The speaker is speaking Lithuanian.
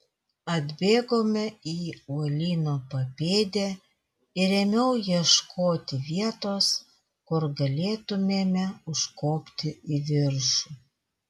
atbėgome į uolyno papėdę ir ėmiau ieškoti vietos kur galėtumėme užkopti į viršų